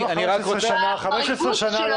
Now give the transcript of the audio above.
15 שנה לא